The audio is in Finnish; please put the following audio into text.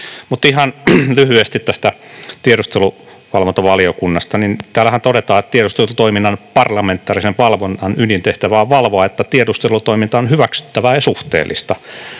Mutta ihan lyhyesti tästä tiedusteluvalvontavaliokunnasta. Täällähän todetaan, että ”tiedustelutoiminnan parlamentaarisen valvonnan ydintehtävä on valvoa, että tiedustelutoiminta on hyväksyttävää ja suhteellista”.